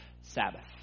Sabbath